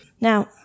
Now